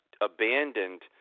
abandoned –